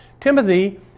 Timothy